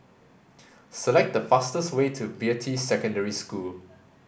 select the fastest way to Beatty Secondary School